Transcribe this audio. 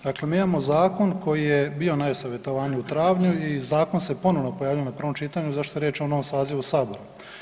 Dakle, mi imamo zakon koji je bio na e-savjetovanju u travnju i zakon se ponovno pojavljuje na prvom čitanju zašto je riječ o novom sazivu sabora.